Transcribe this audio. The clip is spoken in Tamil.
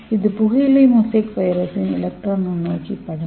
இது புகையிலை மொசைக் வைரஸின் எலக்ட்ரான் நுண்ணோக்கி படம்